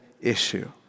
issue